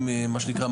מה שנקרא,